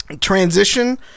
transition